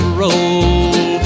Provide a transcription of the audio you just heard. roll